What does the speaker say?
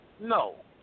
No